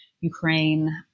Ukraine